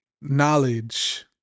knowledge